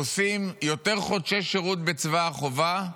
עושים יותר חודשי שירות בצבא החובה,